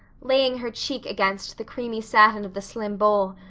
laying her cheek against the creamy satin of the slim bole,